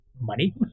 money